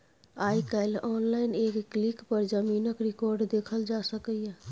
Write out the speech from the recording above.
आइ काल्हि आनलाइन एक क्लिक पर जमीनक रिकॉर्ड देखल जा सकैए